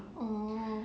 oh